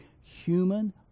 human